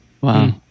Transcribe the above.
Wow